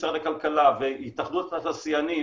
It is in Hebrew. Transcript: משרד הכלכלה והתאחדות התעשיינים,